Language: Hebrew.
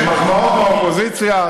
מחמאות מהאופוזיציה,